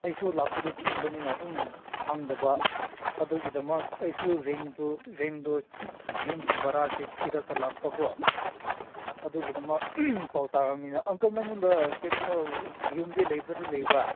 ꯑꯩꯁꯨ ꯂꯥꯛꯄꯗꯨ ꯊꯦꯡꯕꯅꯤꯅ ꯑꯗꯨꯝ ꯐꯪꯗꯕ ꯑꯗꯨꯒꯤꯗꯃꯛ ꯑꯩꯁꯨ ꯔꯦꯟꯇꯨ ꯔꯦꯟꯗꯣ ꯌꯨꯝꯒꯤ ꯚꯔꯥꯁꯦ ꯊꯤꯔꯒ ꯂꯥꯛꯄꯀꯣ ꯑꯗꯨꯒꯤꯗꯃꯛ ꯄꯥꯎ ꯇꯥꯔꯕꯅꯤꯅ ꯑꯪꯀꯜ ꯅꯪꯉꯣꯟꯗ ꯀꯩꯅꯣꯃ ꯌꯨꯝꯗꯤ ꯂꯩꯕꯨꯗꯤ ꯂꯩꯕ